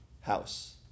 house